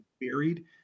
buried